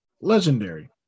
Legendary